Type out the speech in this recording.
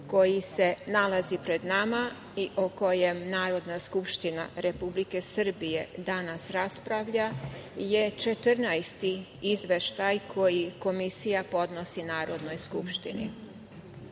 koji se nalazi pred nama i o kojem Narodna skupština Republike Srbije danas raspravlja, je 14. izveštaj koji komisija podnosi Narodnoj skupštini. Kao